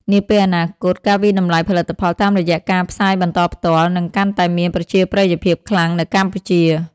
នាពេលអនាគត ការវាយតម្លៃផលិតផលតាមរយៈការផ្សាយបន្តផ្ទាល់ នឹងកាន់តែមានប្រជាប្រិយភាពខ្លាំងនៅកម្ពុជា។